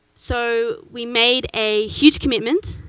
so we made a huge commitment.